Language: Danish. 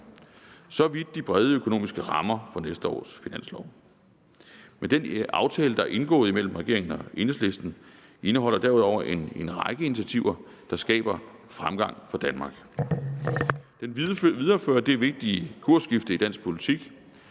Så vidt de brede økonomiske rammer for næste års finanslov. Men den aftale, der er indgået mellem regeringen og Enhedslisten, indeholder derudover en række initiativer, der skaber fremgang for Danmark. Den viderefører det vigtige kursskifte i dansk politik,